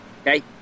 okay